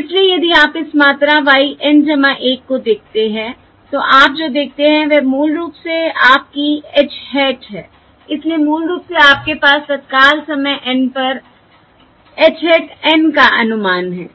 इसलिए यदि आप इस मात्रा y N 1 को देखते हैं तो आप जो देखते हैं वह मूल रूप से आपकी h hat है इसलिए मूल रूप से आपके पास तत्काल समय N पर h hat N का अनुमान है